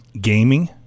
gaming